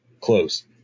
close